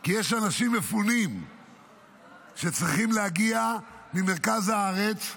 כי יש אנשים מפונים שצריכים להגיע ממרכז הארץ.